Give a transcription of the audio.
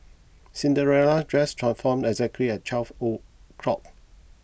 Cinderella dress transformed exactly at twelve o'clock